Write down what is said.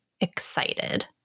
excited